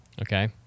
Okay